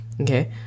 okay